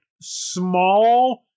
small